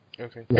Okay